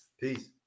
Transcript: Peace